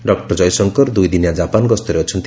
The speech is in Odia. ଡକ୍ଟର ଜୟଶଙ୍କର ଦୁଇଦିନିଆ ଜାପାନ ଗସ୍ତରେ ଅଛନ୍ତି